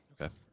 Okay